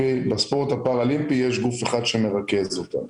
לספורט הפארא אולימפי יש גוף אחד שמרכז אותם.